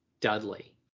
Dudley